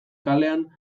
kalean